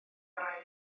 orau